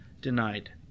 denied